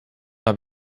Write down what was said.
habe